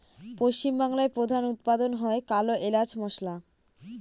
পশ্চিম বাংলায় প্রধান উৎপাদন হয় কালো এলাচ মসলা